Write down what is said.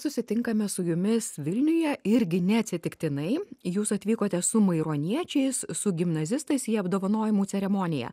susitinkame su jumis vilniuje irgi neatsitiktinai jūs atvykote su maironiečiais su gimnazistais į apdovanojimų ceremoniją